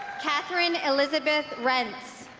katherine elizabeth rentz